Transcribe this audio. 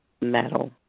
metal